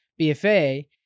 BFA